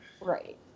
Right